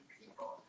people